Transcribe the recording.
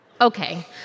Okay